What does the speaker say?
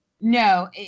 No